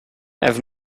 have